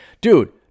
dude